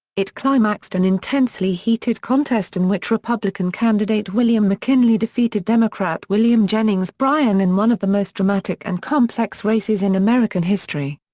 it climaxed an intensely heated contest in which republican candidate william mckinley defeated democrat william jennings bryan in one of the most dramatic and complex races in american history.